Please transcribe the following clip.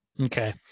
Okay